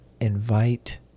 invite